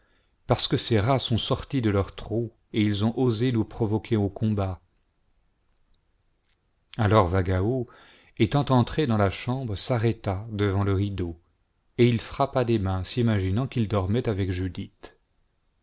parce que ces rats sont sortis de leurs trous et ont osé nous provoquer au combat alors vagao étant entré dans la chambre s'arrêta devant le rideau et il frappa des mains s'imaginant qu'il dormait avec judith